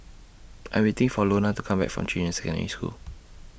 I'm waiting For Lona to Come Back from Junyuan Secondary School